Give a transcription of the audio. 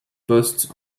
post